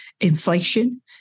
inflation